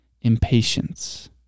Impatience